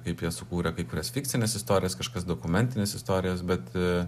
kaip jie sukūrė kai kurias fikcines istorijas kažkokias dokumentines istorijas bet